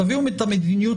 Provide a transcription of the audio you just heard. תביאו את המדיניות,